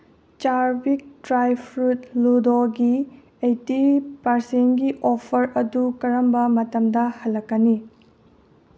ꯆꯥꯔꯕꯤꯛ dry fruit ꯂꯨꯗꯣꯒꯤ eighty ꯄꯥꯔꯁꯦꯟꯒꯤ offer ꯑꯗꯨ ꯀꯔꯝꯕ ꯃꯇꯝꯗ ꯍꯜꯂꯛꯀꯅꯤ